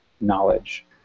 knowledge